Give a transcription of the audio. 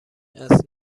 است